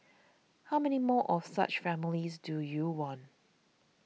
how many more of such families do you want